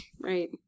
Right